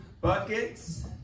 buckets